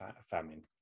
famine